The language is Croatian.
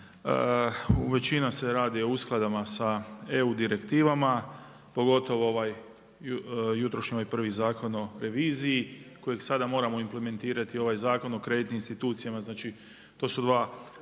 Većina se radi o uskladama sa EU direktivama, pogotovo ovaj jutrošnji prvi Zakon o reviziji kojeg sada moramo implementirati u ovaj Zakon o kreditnim institucijama, znači to su dva